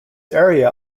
area